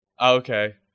okay